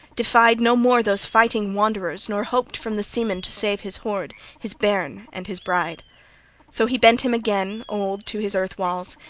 defied no more those fighting-wanderers nor hoped from the seamen to save his hoard, his bairn and his bride so he bent him again, old, to his earth-walls.